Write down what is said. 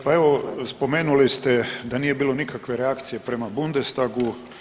Pa evo spomenuli ste da nije bilo nikakve reakcije prema Bundestangu.